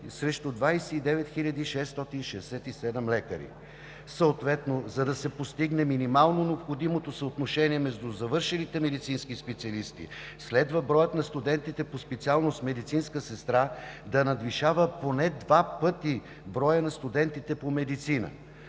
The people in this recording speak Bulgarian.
срещу 29 667 лекари. За да се постигне минималното необходимо съотношение между завършилите медицински специалисти, следва броят на студентите по специалност „Медицинска сестра“ да надвишава поне два пъти броя на студентите по „Медицина“.